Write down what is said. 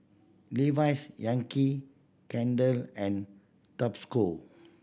Levi's Yankee Candle and Tabasco